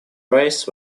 race